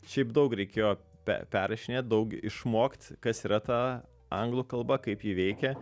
šiaip daug reikėjo pe perrašinėt daug išmokt kas yra ta anglų kalba kaip ji veikia